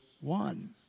one